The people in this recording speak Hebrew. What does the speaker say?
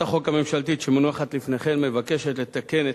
לפני שנעבור לסעיף הבא,